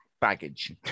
baggage